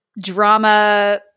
drama